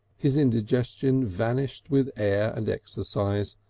his indigestion vanished with air and exercise,